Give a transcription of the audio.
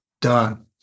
done